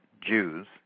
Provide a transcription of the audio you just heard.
Jews